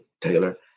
Taylor